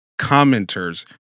commenters